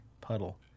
puddle